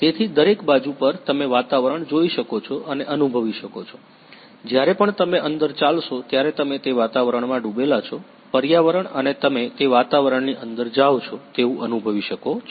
તેથી દરેક બાજુ પર તમે વાતાવરણ જોઈ શકો છો અને અનુભવી શકો છો જ્યારે પણ તમે અંદર ચાલશો ત્યારે તમે તે વાતાવરણમાં ડૂબેલા છો પર્યાવરણ અને તમે તે વાતાવરણની અંદર જાવ છો તેવું અનુભવી શકો છો